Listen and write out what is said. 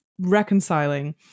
reconciling